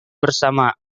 bersama